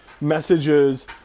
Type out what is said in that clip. messages